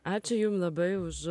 ačiū jum labai už